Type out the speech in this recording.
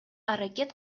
аракет